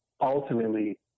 ultimately